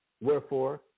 wherefore